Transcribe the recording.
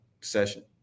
session